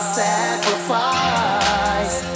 sacrifice